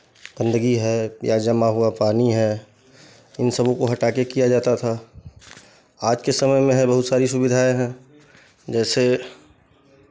गंदगी है या जमा हुआ पानी है इन सबों को हटा के किया जाता था आज के समय में है बहुत सारी सुविधाएँ हैं जैसे